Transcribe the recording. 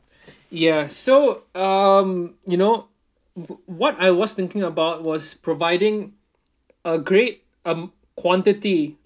ya so um you know what I was thinking about was providing a great um quantity